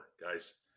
guys